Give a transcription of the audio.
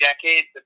decades